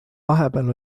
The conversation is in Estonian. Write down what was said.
vahepeal